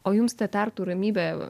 o jums ta tartu ramybė